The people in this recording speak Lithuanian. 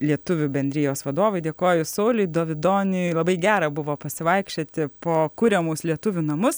lietuvių bendrijos vadovui dėkoju sauliui dovidoniui labai gera buvo pasivaikščioti po kuriamus lietuvių namus